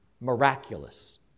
miraculous